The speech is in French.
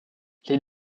les